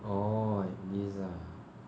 oh like this ah